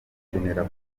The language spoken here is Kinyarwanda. ukenera